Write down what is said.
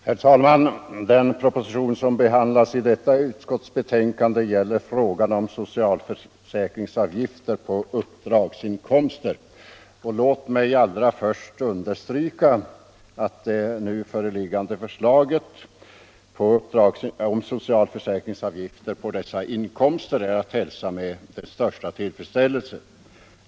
Herr talman! Den proposition som behandlas i betänkandet gäller frågan — m.m. om socialförsäkringsavgifter på uppdragsinkomster. Låt mig allra först understryka att det nu föreliggande förslaget om socialförsäkringsavgifter på vissa inkomster är att hälsa med den största tillfredsställelse.